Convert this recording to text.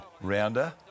rounder